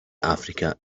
africa